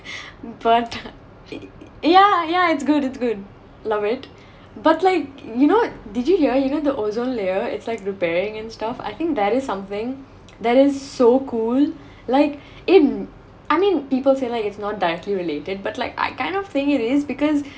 but yeah yeah it's good it's good love it but like you know did you hear you know the ozone layer it's like repairing and stuff I think that is something that is so cool like in I mean people say like is not directly related but like I kind of think it is because